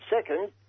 second